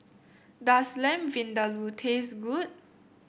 does Lamb Vindaloo taste good